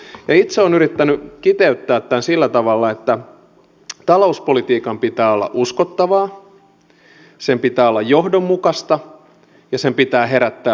itse olen yrittänyt kiteyttää tämän sillä tavalla että talouspolitiikan pitää olla uskottavaa sen pitää olla johdonmukaista ja sen pitää herättää luottamusta